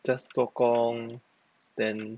just 做工 then